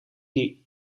die